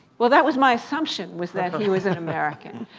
well, that was my assumption was that he was an american,